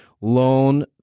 loan